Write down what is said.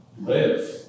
live